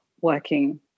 working